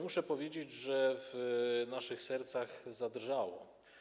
Muszę powiedzieć, że w naszych sercach zadrżało.